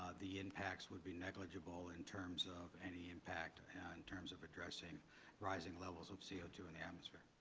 the impacts would be negligible in terms of any impact and in terms of addressing rising levels of c o two in the atmosphere.